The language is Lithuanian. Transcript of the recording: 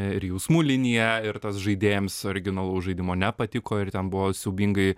ir jausmų linija ir tas žaidėjams originalaus žaidimo nepatiko ir ten buvo siaubingai